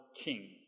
king